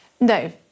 No